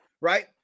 right